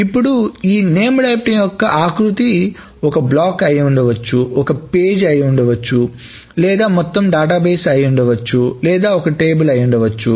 ఇప్పుడు ఈ named item యొక్క ఆకృతి ఒక బ్లాక్ అయి ఉండవచ్చు ఒక పేజీ అయి ఉండవచ్చు మొత్తం డేటాబేస్ అయి ఉండవచ్చులేదా ఒక టేబుల్ అయి ఉండవచ్చు